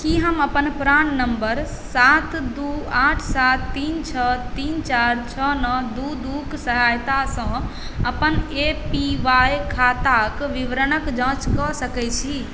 की हम अपन प्राण नम्बर सात दू आठ सात तीन छओ तीन चारि छओ नओ दू दू क सहायता सॅं अपन ए पी वाय खाताक विवरणक जाँच कऽ सकै छी